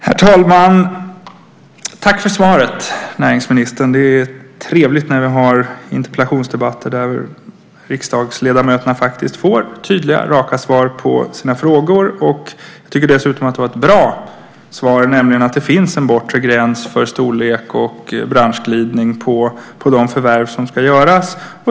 Herr talman! Tack för svaret, näringsministern. Det är trevligt med interpellationsdebatter där riksdagsledamöterna faktiskt får tydliga och raka svar på sina frågor. Jag tycker dessutom att det var ett bra svar, nämligen att det finns en bortre gräns för storlek och branschglidning på de förvärv som ska göras.